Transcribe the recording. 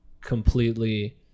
completely